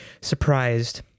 surprised